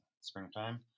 springtime